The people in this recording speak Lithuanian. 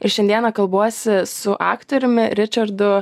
ir šiandieną kalbuosi su aktoriumi ričardu